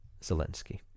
Zelensky